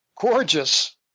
gorgeous